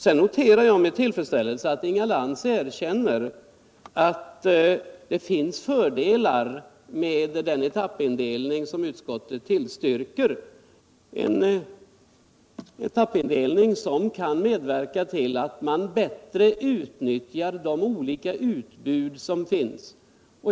Sedan noterar jag med tillfredsställelse att Inga Lantz erkänner att det finns fördelar med den etappindelning som utskottet tillstyrker — en etappindelning som kan medverka till att man bättre utnyttjar de olika utbud som finns.